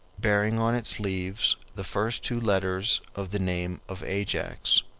bearing on its leaves the first two letters of the name of ajax,